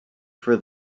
for